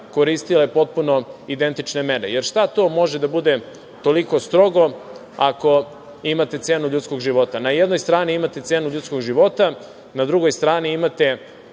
koristile potpuno identične mere, jer šta to može da bude toliko strogo ako imate cenu ljudskog života? Na jednoj strani imate cenu ljudskog života, na drugoj strani imate,